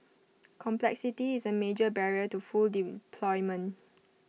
complexity is A major barrier to full deployment